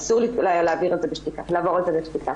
אסור לעבור על זה בשתיקה.